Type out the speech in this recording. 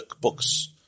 books